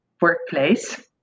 workplace